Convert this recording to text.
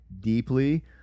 deeply